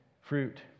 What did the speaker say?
fruit